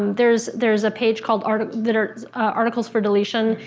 there's there's a page called articles articles for deletion.